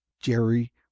jerry